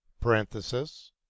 parenthesis